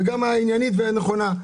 וגם העניינית והנכונה.